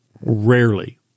Rarely